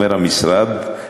אומר המשרד,